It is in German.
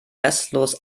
restlos